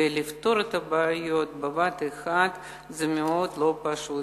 ולפתור את הבעיות בבת אחת זה מאוד לא פשוט.